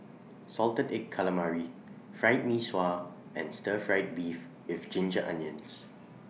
Salted Egg Calamari Fried Mee Sua and Stir Fried Beef with Ginger Onions